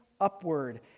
upward